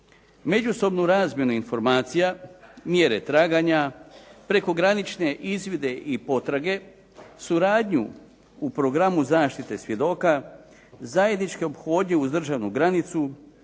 međusobnu razmjenu informacija, mjere traganja, prekogranične izvide i potrage, suradnju u programu zaštite svjedoka, zajedničke ophodnje uz državnu granicu,